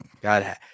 god